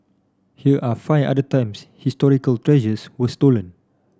here are five other times historical treasures were stolen